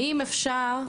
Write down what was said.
האם אפשר,